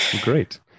Great